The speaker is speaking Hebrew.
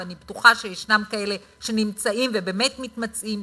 ואני בטוחה שיש כאלה שנמצאים ובאמת מתמצאים,